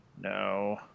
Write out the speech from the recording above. No